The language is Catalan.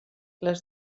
les